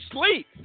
sleep